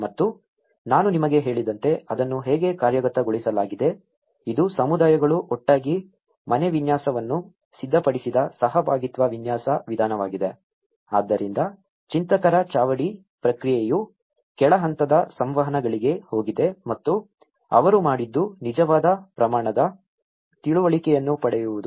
ಮತ್ತು ನಾನು ನಿಮಗೆ ಹೇಳಿದಂತೆ ಅದನ್ನು ಹೇಗೆ ಕಾರ್ಯಗತಗೊಳಿಸಲಾಗಿದೆ ಇದು ಸಮುದಾಯಗಳು ಒಟ್ಟಾಗಿ ಮನೆ ವಿನ್ಯಾಸವನ್ನು ಸಿದ್ಧಪಡಿಸಿದ ಸಹಭಾಗಿತ್ವ ವಿನ್ಯಾಸ ವಿಧಾನವಾಗಿದೆ ಆದ್ದರಿಂದ ಚಿಂತಕರ ಚಾವಡಿ ಪ್ರಕ್ರಿಯೆಯು ಕೆಳ ಹಂತದ ಸಂವಹನಗಳಿಗೆ ಹೋಗಿದೆ ಮತ್ತು ಅವರು ಮಾಡಿದ್ದು ನಿಜವಾದ ಪ್ರಮಾಣದ ತಿಳುವಳಿಕೆಯನ್ನು ಪಡೆಯುವುದು